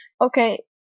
Okay